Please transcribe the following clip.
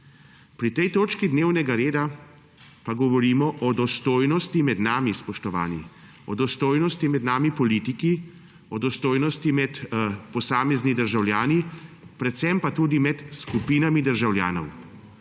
Pri tej točki dnevnega reda pa govorimo o dostojnosti med nami, spoštovani, o dostojnosti med nami politiki, o dostojnosti med posameznimi državljani, predvsem pa tudi med skupinami državljanov,